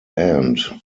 end